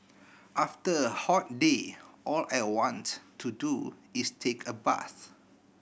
after a hot day all I want to do is take a bath